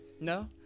no